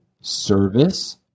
service